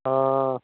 ହଁ